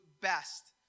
best